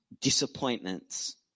disappointments